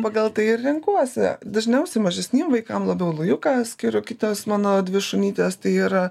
pagal tai ir renkuosi dažniausiai mažesniem vaikam labiau lujuką skiriu kitos mano dvi šunytės tai yra